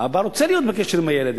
האבא רוצה להיות בקשר עם הילד.